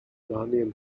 ghanaian